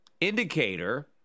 indicator